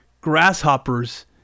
grasshoppers